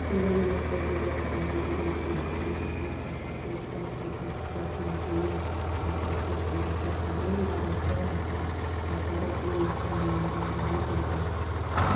बम्बे टेलिग्राफमा दिल्लीको पतनपछि प्रकाशित र ब्रिटिस प्रेसमा पुन प्रकाशित एउटा पत्रले भारतीय हताहतहरूको मात्राको गवाही दिन्छ